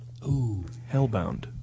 Hellbound